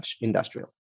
industrial